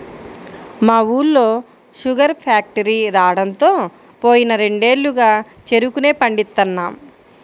మా ఊళ్ళో sugar factory రాడంతో పోయిన రెండేళ్లుగా చెరుకునే పండిత్తన్నాం